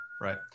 Right